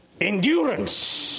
endurance